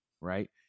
right